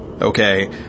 Okay